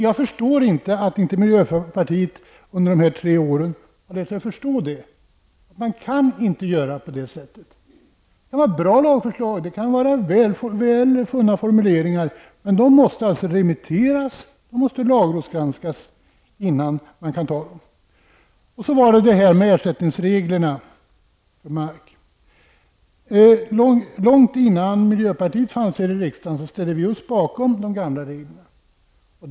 Jag begriper inte att miljöpartiet under de här tre åren har lärt sig förstå det. Man kan inte göra på det sättet. Det kan vara bra lagförslag, det kan vara väl funna formuleringar, men de måste remitteras, de måste lagrådsgranskas innan man kan anta dem. Långt innan miljöpartiet fanns i riksdagen ställde vi oss bakom de gamla ersättningsreglerna för mark.